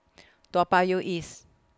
Toa Payoh East